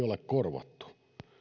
ole korvattu